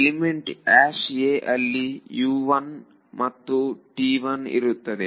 element a ಅಲ್ಲಿ ಮತ್ತು ಇರುತ್ತದೆ